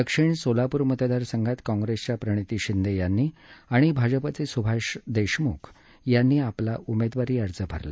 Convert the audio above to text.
दक्षिण सोलापूर मतदारसंघात काँप्रेसच्या प्रणिती शिंदे यांनी आणि भाजपाचे सुभाष देशमुख यांनी आपला उमेदवारी अर्ज भरला